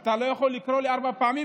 אתה לא יכול לקרוא לי ארבע פעמים,